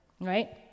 right